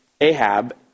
Ahab